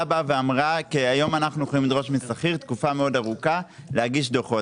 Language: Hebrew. כי היום אנחנו יכולים לדרוש משכיר תקופה מאוד ארוכה להגיש דוחות,